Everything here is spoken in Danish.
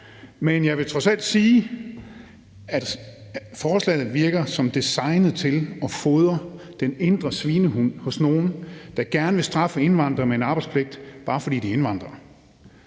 men jeg vil trods alt sige, at forslaget virker som designet til at fodre den indre svinehund hos nogle, der gerne vil straffe indvandrere med en arbejdspligt, bare fordi de er indvandrere.